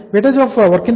Wwip 0